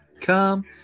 come